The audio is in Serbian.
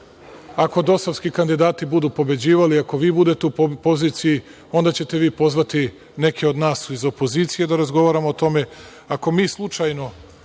ako dosovski kandidati budu pobeđivali, ako vi budete u poziciji, onda ćete vi pozvati neke od nas iz opozicije da razgovaramo o tome.